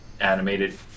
animated